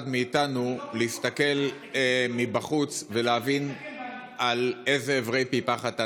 מאיתנו להסתכל מבחוץ ולהבין על איזה עברי פי פחת אנחנו.